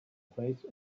place